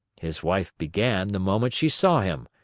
his wife began the moment she saw him.